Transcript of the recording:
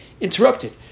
interrupted